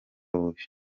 bubi